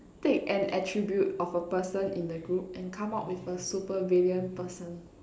take an attribute of a person in the group and come up with a super villain person